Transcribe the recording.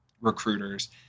recruiters